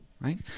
right